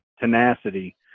tenacity